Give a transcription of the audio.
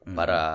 para